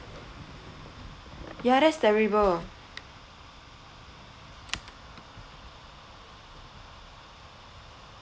ya that's terrible